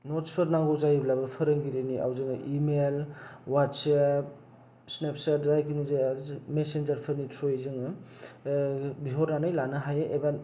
न'ट्सफोर नांगौ जायोब्लाबो फोरोंगिरिनियाव जोङो इ मेल वाटसेप स्नेपचेट जायखुनु जाया मेसेनजारफोरनि थ्रयै जोङो बिहरानै लानो हायो एबा